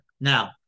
now